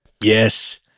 yes